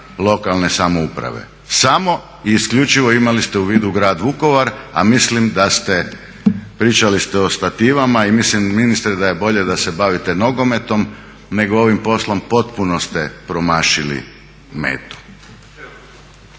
lokalne samouprave. Samo i isključivo imali ste u vidu Grad Vukovar a mislim da ste pričali ste o stativama i mislim ministre da je bolje da se bavite nogometnom nego ovim poslom. Potpuno ste promašili metu.